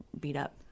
beat-up